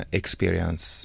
experience